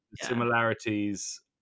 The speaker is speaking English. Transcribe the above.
similarities